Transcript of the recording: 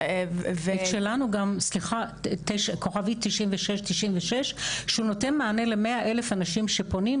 --- המוקד שלנו 9696 * שהוא נותן מענה למאה אלף אנשים שפונים,